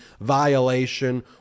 violation